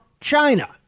China